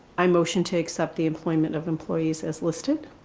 i motion to accept the employment of employees as listed.